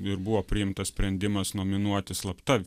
ir buvo priimtas sprendimas nominuoti slapta